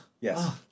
Yes